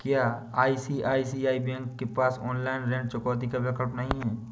क्या ICICI bank के पास ऑनलाइन ऋण चुकौती का विकल्प नहीं है?